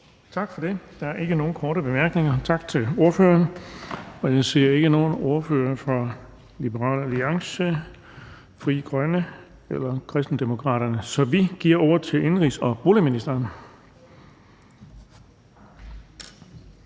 Tak for det. Der er ikke nogen korte bemærkninger. Tak til ordføreren. Jeg ser ikke nogen ordfører fra Liberal Alliance, Frie Grønne eller Kristendemokraterne. Så vi giver ordet til indenrigs- og boligministeren.